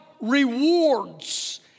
rewards